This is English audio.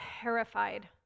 terrified